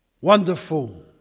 wonderful